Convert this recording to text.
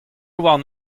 warn